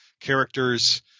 characters